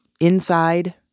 inside